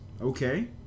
Okay